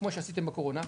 כמו שעשיתם בקורונה,